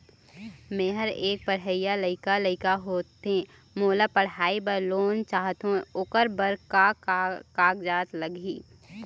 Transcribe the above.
मेहर एक पढ़इया लइका लइका होथे मोला पढ़ई बर लोन चाहथों ओकर बर का का कागज लगही?